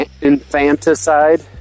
infanticide